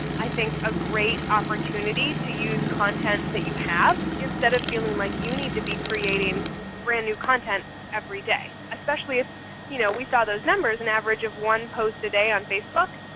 i think, a great opportunity to use content that you have instead of feeling like you need to be creating brand new content every day. especially if you know we saw those numbers an average of one post a day on facebook,